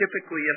typically